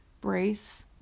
brace